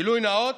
גילוי נאות,